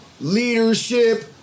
leadership